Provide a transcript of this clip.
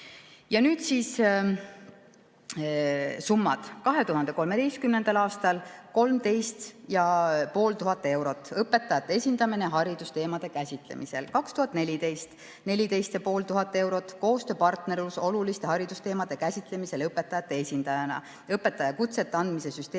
Nüüd summad. 2013. aastal 13 500 eurot, õpetajate esindamine haridusteemade käsitlemisel. 2014: 14 500 eurot, koostööpartnerlus oluliste haridusteemade käsitlemisel õpetajate esindajana, õpetajakutse andmise süsteemi